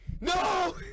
No